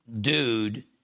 dude